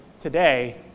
today